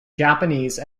japanese